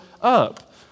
up